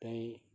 ਅਤੇ